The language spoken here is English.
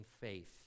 faith